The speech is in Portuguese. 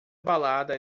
balada